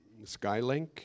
Skylink